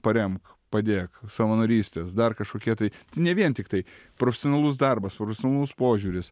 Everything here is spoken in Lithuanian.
paremk padėk savanorystės dar kažkokie tai tai ne vien tiktai profesionalus darbas profesionalus požiūris